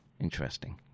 interesting